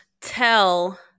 tell